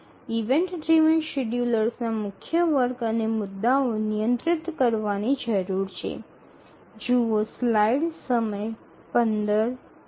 event driven શેડ્યૂલર્સના મુખ્ય વર્ગ અને મુદ્દાઓને નિયંત્રિત કરવાની જરૂર છે